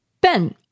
Ben